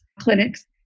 clinics